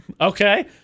Okay